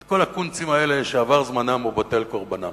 את כל הקונצים האלה שעבר זמנם ובטל קורבנם.